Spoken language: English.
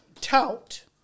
Tout